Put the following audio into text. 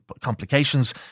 complications